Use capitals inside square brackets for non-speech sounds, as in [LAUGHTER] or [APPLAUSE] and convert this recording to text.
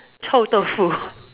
Chou-Dou-Fu [LAUGHS]